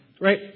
right